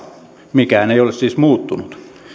mikään ei ole siis muuttunut